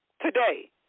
Today